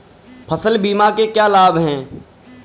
फसल बीमा के क्या लाभ हैं?